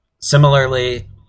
Similarly